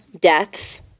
deaths